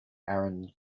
aaron